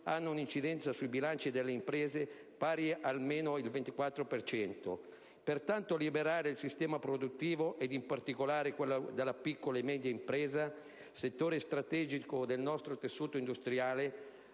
hanno un'incidenza sui bilanci delle imprese pari ad almeno il 24 per cento. Pertanto, liberare il sistema produttivo, ed in particolare quello della piccola e media impresa (settore strategico del nostro tessuto industriale,